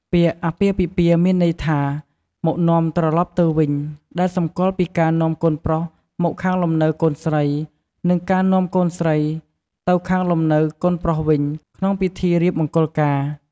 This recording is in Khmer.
ពាក្យ "អាពាហ៍ពិពាហ៍" មានន័យថា "មកនាំត្រឡប់ទៅវិញ" ដែលសម្គាល់ពីការនាំកូនប្រុសមកខាងលំនៅកូនស្រី និងការនាំកូនស្រីទៅខាងលំនៅកូនប្រុសវិញ ក្នុងពិធីរៀបមង្គលការ។